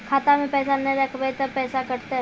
खाता मे पैसा ने रखब ते पैसों कटते?